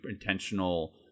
intentional